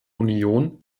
union